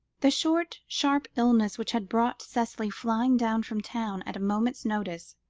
the short, sharp illness which had brought cicely flying down from town at a moment's notice,